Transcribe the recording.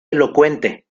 elocuente